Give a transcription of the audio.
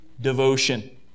devotion